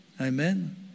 Amen